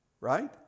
Right